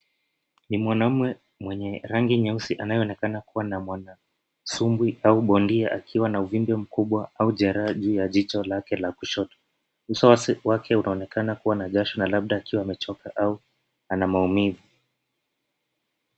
Ni mwanaume wenye rangi nyeusi anayeonekana kuwa na sumbwi au bondia akiwa na uvimbe mkubwa au jereha juu ya jicho lake la kushoto. Uso wake unaonekana kuwa na jasho na labda akiwa amechoka au ana maumivu.